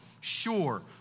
sure